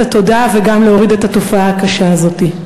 התודעה וגם ולצמצם את התופעה הקשה הזאת.